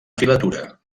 filatura